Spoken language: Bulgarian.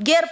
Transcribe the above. ГЕРБ